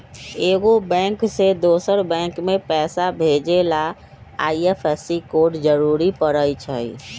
एगो बैंक से दोसर बैंक मे पैसा भेजे ला आई.एफ.एस.सी कोड जरूरी परई छई